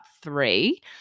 three